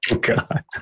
God